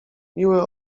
miły